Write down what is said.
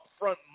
upfront